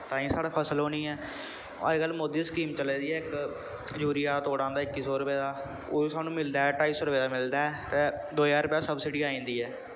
ताईं साढ़े फसल होनी ऐ अज्जकल मोदी ने स्कीम चलाई दी ऐ इक यूरिया दा तोड़ा आंदा इक्की सौ रपेऽ दा ओह् सानू मिलदा ऐ ढाई सौ रपेऽ दा मिलदा ऐ ते दो ज्हार रपेआ सब्सिडी आई जंदी ऐ